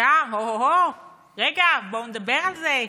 שם, או-הו-הו, רגע, בואו נדבר על זה.